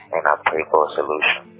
and i pray for a solution